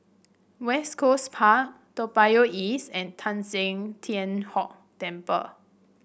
West Coast Park Toa Payoh East and Teng San Tian Hock Temple